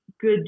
good